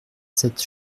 sept